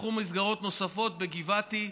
נפתחו מסגרות נוספות בגבעתי,